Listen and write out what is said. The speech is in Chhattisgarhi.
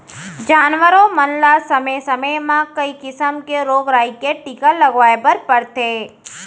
जानवरों मन ल समे समे म कई किसम के रोग राई के टीका लगवाए बर परथे